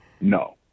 no